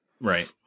Right